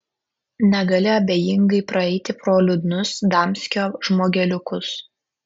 negali abejingai praeiti pro liūdnus damskio žmogeliukus